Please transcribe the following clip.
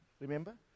Remember